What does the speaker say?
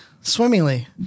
Swimmingly